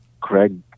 Craig